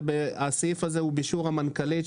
הסעיף הזה הוא באישור המנכ"לית,